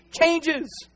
changes